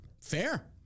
fair